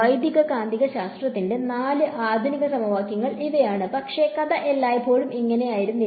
വൈദ്യുതകാന്തികശാസ്ത്രത്തിന്റെ നാല് ആധുനിക സമവാക്യങ്ങൾ ഇവയാണ് പക്ഷേ കഥ എല്ലായ്പ്പോഴും ഇങ്ങനെയായിരുന്നില്ല